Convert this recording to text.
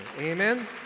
Amen